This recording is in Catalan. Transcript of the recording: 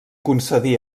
concedí